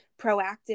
proactive